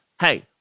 hey